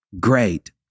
great